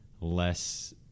less